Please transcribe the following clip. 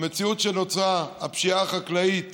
במציאות שנוצרה, הפשיעה החקלאית